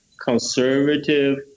conservative